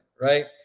right